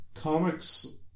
comics